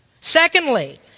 Secondly